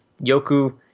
yoku